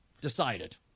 decided